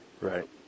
Right